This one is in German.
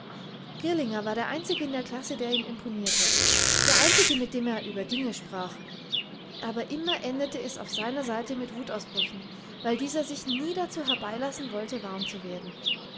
girlinger war der einzige in der klasse der ihm imponierte der einzige mit dem er über dinge sprach aber immer endete es auf seiner seite mit wutausbrüchen weil dieser sich nie dazu herbeilassen wollte warm zu werden